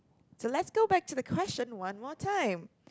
so let's go back to the question one more time